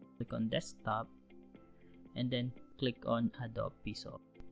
click on desktop and then click on adopisoft